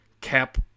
Cap